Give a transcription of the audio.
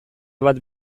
bat